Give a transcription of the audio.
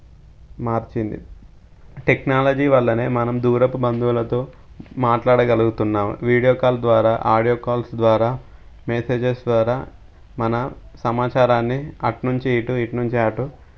మార్చింది టెక్నాలజీ వల్లనే మనం దూరపు బంధువులతో మాట్లాడగలుగుతున్నాం వీడియో కాల్ ద్వారా ఆడియో కాల్ ద్వారా మెసేజెస్ ద్వారా మన సమాచారాన్ని అట్నుంచి ఇటు ఇట్నుంచి అటు